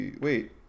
Wait